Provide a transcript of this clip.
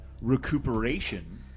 Recuperation